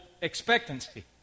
expectancy